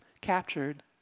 captured